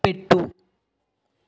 పెట్టు